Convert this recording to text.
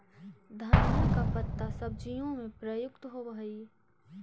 धनिया का पत्ता सब्जियों में प्रयुक्त होवअ हई